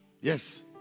Yes